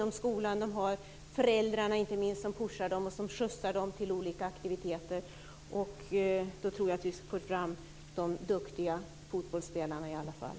Om skolan och inte minst föräldrar pushar dem och skjutsar dem till olika aktiviteter tror jag att vi får fram duktiga fotbollsspelare i alla fall.